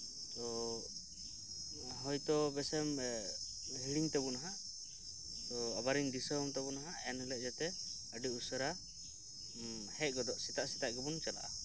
ᱛᱚ ᱦᱚᱭᱛᱚ ᱵᱮᱥᱮᱢ ᱦᱤᱲᱤᱧ ᱛᱟᱵᱚᱱᱟᱦᱟᱜ ᱛᱚ ᱟᱵᱟᱨᱤᱧ ᱫᱤᱥᱟᱹᱣᱟᱢ ᱛᱟᱵᱚᱱᱟᱦᱟᱜ ᱮᱱᱦᱤᱞᱳᱜ ᱡᱟᱛᱮ ᱟᱹᱰᱤ ᱩᱥᱟᱹᱨᱟ ᱦᱮᱡ ᱜᱚᱫᱚᱜ ᱥᱮᱛᱟᱜ ᱥᱮᱛᱟᱜ ᱜᱮᱵᱚᱱ ᱪᱟᱞᱟᱜᱼᱟ